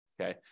okay